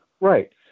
Right